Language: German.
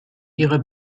ihre